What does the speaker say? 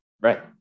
right